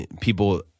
people